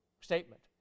statement